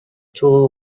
tool